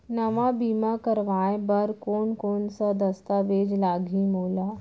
नवा बीमा करवाय बर कोन कोन स दस्तावेज लागही मोला?